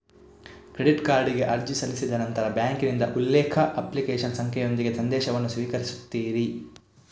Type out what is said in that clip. credit ಕಾರ್ಡಿಗೆ ಅರ್ಜಿ ಸಲ್ಲಿಸಿದ ನಂತರ ಬ್ಯಾಂಕಿನಿಂದ ಉಲ್ಲೇಖ, ಅಪ್ಲಿಕೇಶನ್ ಸಂಖ್ಯೆಯೊಂದಿಗೆ ಸಂದೇಶವನ್ನು ಸ್ವೀಕರಿಸುತ್ತೀರಿ